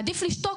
עדיף לשתוק,